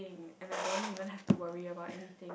and I don't even have to worry about anything